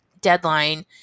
deadline